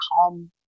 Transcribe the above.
calm